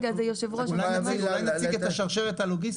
אולי נציג את השרשרת הלוגיסטית?